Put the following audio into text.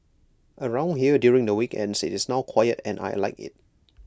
around here during the weekends IT is now quiet and I Like IT